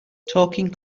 talking